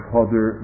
Father